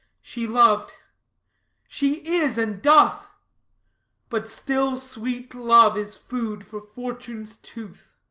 she lov'd she is, and doth but still sweet love is food for fortune's tooth.